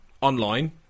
online